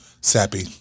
sappy